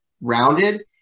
rounded